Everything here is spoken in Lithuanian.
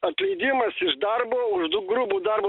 atleidimas iš darbo už grubų darbo